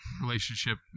relationship